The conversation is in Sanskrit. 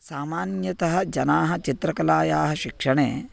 सामान्यतः जनाः चित्रकलायाः शिक्षणे